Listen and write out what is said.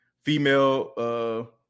female